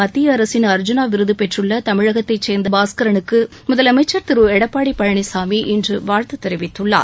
மத்திய அரசின் அர்ஜுனா விருது பெற்றுள்ள தமிழகத்தைச் சேர்ந்த பாஸ்கரனுக்கு முதலமைச்சர் திரு எடப்பாடி பழனிசாமி இன்று வாழ்த்து தெரிவித்துள்ளார்